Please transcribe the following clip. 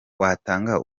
watanga